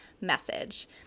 message